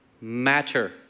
matter